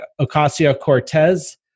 Ocasio-Cortez